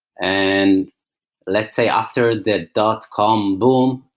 and let's say after the dot com boom,